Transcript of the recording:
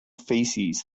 feces